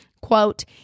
Quote